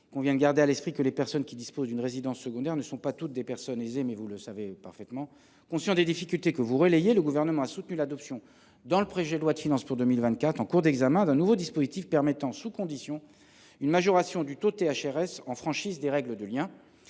convient de garder à l’esprit que les personnes disposant d’une résidence secondaire ne sont pas toutes aisées ; mais vous le savez parfaitement… Conscient des difficultés que vous relayez, le Gouvernement a soutenu l’adoption, dans le projet de loi de finances pour 2024, d’un nouveau dispositif permettant sous conditions une majoration du taux de THRS en franchise des règles de lien.